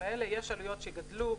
יש עלויות שגדלו,